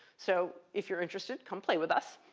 so if you're interested, come play with us.